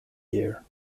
year